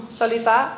salita